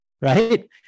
Right